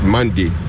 Monday